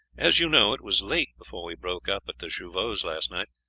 as you know, it was late before we broke up at de jouvaux's last night,